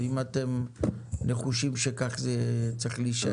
אם אתם נחושים שכך זה צריך להישאר.